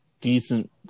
decent